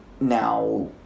Now